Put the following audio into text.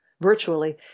virtually